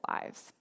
lives